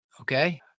Okay